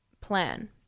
plan